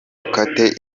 ukate